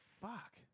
Fuck